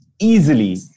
easily